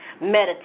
meditate